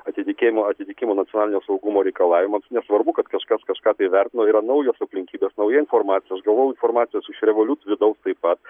atitikėjimo atitikimo nacionalinio saugumo reikalavimams nesvarbu kad kažkas kažką tai vertino yra naujos aplinkybės nauja informacija aš gavau informacijos iš revolut vidaus taip pat